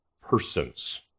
persons